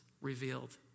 revealed